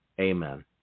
Amen